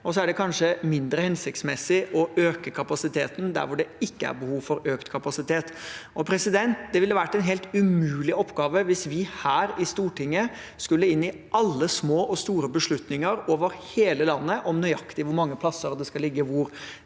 og så er det kanskje mindre hensiktsmessig å øke kapasiteten der hvor det ikke er behov for økt kapasitet. Det ville vært en helt umulig oppgave hvis vi her i Stortinget skulle gå inn i alle små og store beslutninger over hele landet om nøyaktig hvor mange plasser som skal ligge hvor.